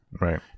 Right